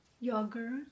yogurt